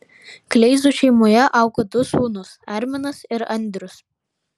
kleizų šeimoje auga du sūnūs arminas ir andrius